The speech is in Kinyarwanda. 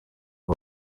ngo